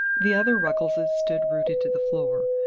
the other ruggleses stood rooted to the floor.